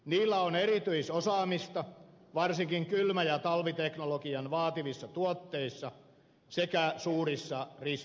niillä on erityisosaamista varsinkin kylmä ja talviteknologiaa vaativissa tuotteissa sekä suurissa risteilyaluksissa